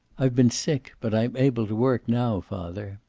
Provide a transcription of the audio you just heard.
i've been sick, but i'm able to work now, father.